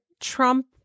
Trump